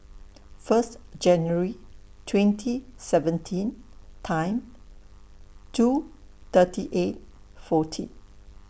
First January twenty seventeen Time two thirty eight fourteen